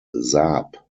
saab